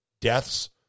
deaths